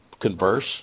converse